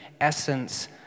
essence